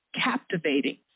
captivating